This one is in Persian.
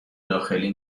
داخلی